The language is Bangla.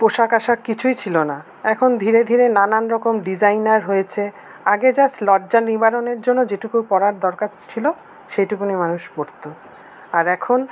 পোশাক আশাক কিছুই ছিলো না এখন ধীরে ধীরে নানান রকম ডিসাইনার হয়েছে আগে জাস্ট লজ্জা নিবারণের জন্য যেটুকু পরার দরকার ছিলো সেইটুকু মানুষ পরতো আর এখন